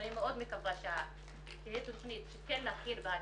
ואני מאוד מקווה שתהיה תכנית כן להכיר באדם,